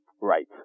Right